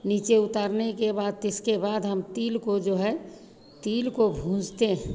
नीचे उतारने के बाद तिसके बाद हम तिल को जो है तिल को भूँजते हैं